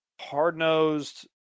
hard-nosed –